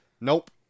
Nope